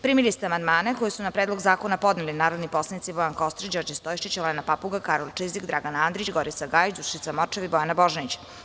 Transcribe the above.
Primili ste amandmane koje su na Predlog zakona podneli narodni poslanici: Bojan Kostreš, Đorđe Stojšić, Olena Papuga, Karolj Čizik, Dragan Andrić, Gorica Gajić, Dušica Morčev i Bojana Božanić.